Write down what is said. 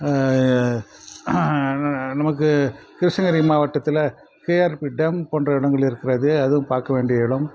நமக்கு கிருஷ்ணகிரி மாவட்டத்தில் KRP dam போன்ற இடங்கள் இருக்கிறது அதுவும் பார்க்க வேண்டிய இடம்